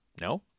no